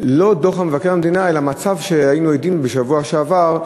דוח מבקר המדינה אלא בעקבות המצב שהיינו עדים לו בשבוע שעבר,